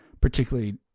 particularly